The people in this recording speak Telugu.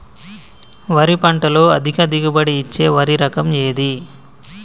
వరి పంట లో అధిక దిగుబడి ఇచ్చే వరి రకం ఏది?